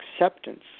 acceptance